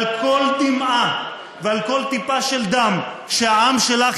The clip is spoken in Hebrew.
על כל דמעה ועל כל טיפה של דם שהעם שלך